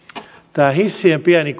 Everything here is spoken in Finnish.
tämä hissien pieni